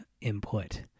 input